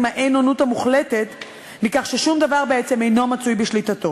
האין-אונות המוחלטת מכך ששום דבר בעצם אינו מצוי בשליטתו